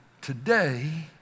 today